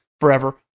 forever